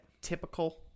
typical